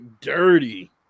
dirty